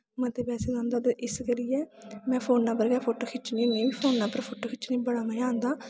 मते पैसैं औंदा ते इस करियै में फोना पर गै फोटो खिच्चनी होन्नीं फोना पर फोटो खिच्चने गी बड़ा मजा आंदा